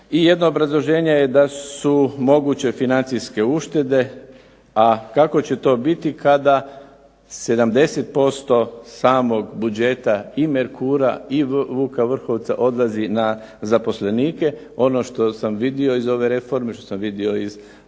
jedno obrazloženje je da su moguće financijske uštede, a kako će to biti kada 70% samog budžeta i "Merkura" i "Vuka Vrhovca" odlazi na zaposlenike? Ono što sam vidio iz ove reforme, što sam vidio iz